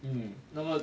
um 那么